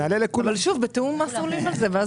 אבל שוב, בתיאום מס עולים על זה.